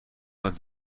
داد